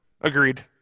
Agreed